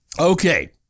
okay